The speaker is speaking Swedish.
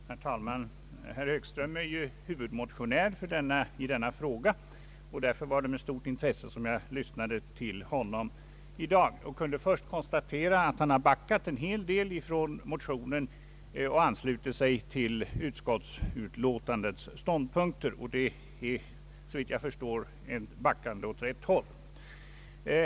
Herr talman! Herr Högström är huvudmotionär i denna fråga, och jag lyssnade därför med stort intresse på honom i dag. Jag kunde konstatera att han har backat en hel del från motionens krav och anslutit sig till utskottsutlåtandets ståndpunkter. Det är såvitt jag förstår ett backande åt rätt håll.